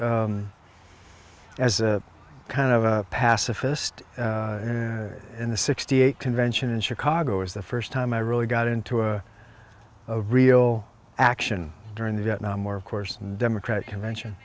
was as a kind of a pacifist in the sixty eight convention in chicago was the first time i really got into a real action during the vietnam war of course and democratic convention